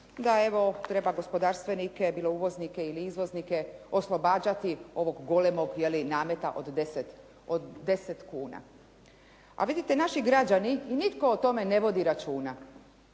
da evo treba gospodarstvenike bilo uvoznike ili izvoznike oslobađati ovog golemog nameta od 10 kuna. A vidite naši građani, nitko o tome ne vodi računa,